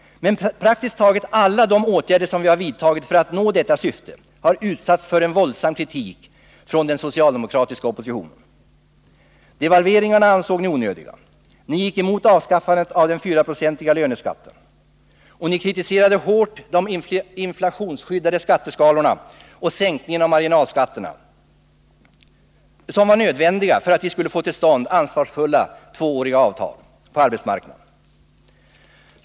Men praktiskt taget alla de åtgärder som vi har vidtagit för att nå detta syfte har utsatts för en våldsam kritik från den socialdemokratiska oppositionen. Devalveringarna ansåg ni onödiga. Ni gick emot avskaffandet av den 4-procentiga löneskatten. Och ni kritiserade hårt de inflationsskyddade skatteskalorna och sänkningen av marginalskatterna, som var nödvändiga för att vi skulle få till stånd ansvarsfulla tvååriga avtal på arbetsmarknaden.